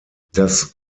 das